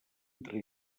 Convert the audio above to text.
entre